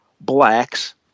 blacks